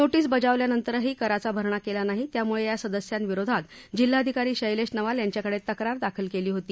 notice बजावल्यानंतरही कराचा भरणा केला नाही त्यामुळे या सदस्या विरोधात जिल्हाधिकारी शैलेश नवाल यांच्याकडे तक्रार दाखल केली होती